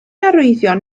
arwyddion